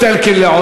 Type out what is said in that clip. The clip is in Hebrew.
נעבור להצבעה.